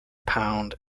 pound